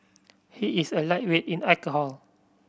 he is a lightweight in alcohol